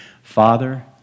Father